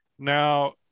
Now